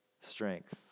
strength